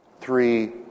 three